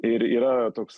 ir yra toks